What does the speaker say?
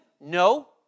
No